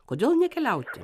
kodėl nekeliauti